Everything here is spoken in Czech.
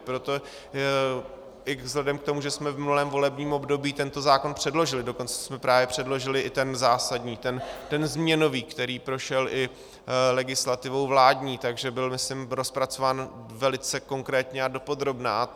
Proto i vzhledem k tomu, že jsme v minulém volebním období tento zákona předložili, dokonce jsme právě předložili i ten zásadní, ten změnový, který prošel i legislativou vládní, takže byl, myslím, rozpracován velice konkrétně a dopodrobna.